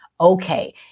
okay